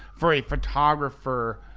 for a photographer